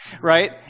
right